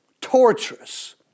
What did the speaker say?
torturous